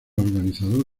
organizador